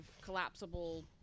collapsible